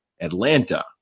Atlanta